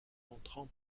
entrant